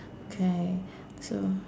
okay so